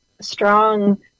strong